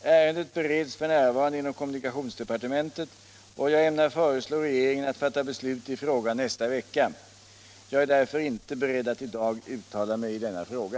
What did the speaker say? Ärendet bereds f. n. inom kommunikationsdepartementet och jag ämnar föreslå regeringen att fatta beslut i frågan nästa vecka. Jag är därför inte beredd att i dag uttala mig i denna fråga.